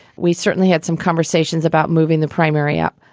we certainly had some conversations about moving the primary up.